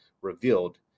revealed